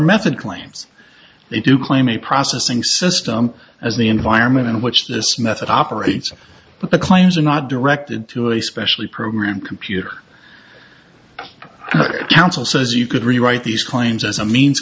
method claims they do climb a processing system as the environment in which this method operates but the claims are not directed to a specially program computer counsel says you could rewrite these claims as a means